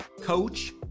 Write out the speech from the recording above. coach